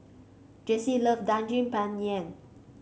Jesse love Daging Penyet